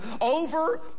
over